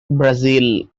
brazil